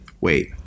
Wait